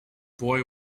boy